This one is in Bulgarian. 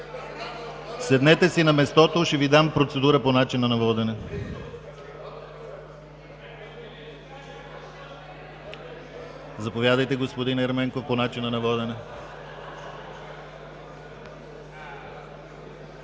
Седнете си на мястото. Ще Ви дам процедура по начина на водене. Заповядайте, господин Ерменков – по начина на водене.